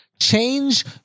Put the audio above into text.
Change